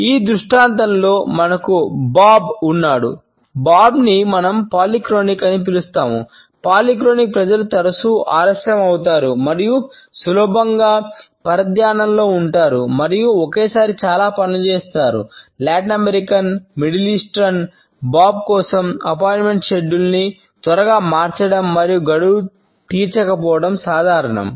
ఈ దృష్టాంతంలో త్వరగా మార్చడం మరియు గడువును తీర్చకపోవడం సాధారణం